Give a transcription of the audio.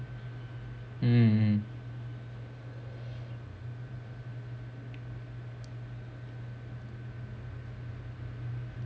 mm mm